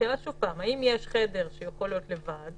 השאלה היא האם יש לו חדר שהוא יכול להיות בו לבד